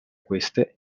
queste